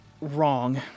wrong